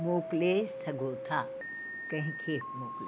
मोकिले सघो था कंहिंखे मोकिले